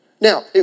Now